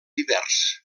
divers